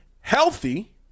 healthy